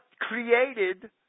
created